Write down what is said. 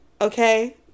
Okay